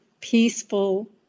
peaceful